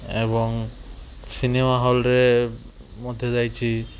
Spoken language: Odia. ଏବଂ ସିନେମା ହଲରେ ମଧ୍ୟ ଯାଇଛି